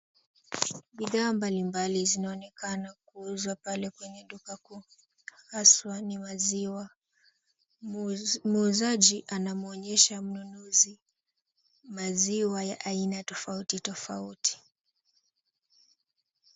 Bidhaa mbalimbali zinaonekana kuuzwa pale kwenye duka kuu haswa ni maziwa. Muuzaji anamwonyesha mnunuzi maziwa ya aina tofautitofauti.